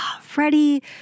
Freddie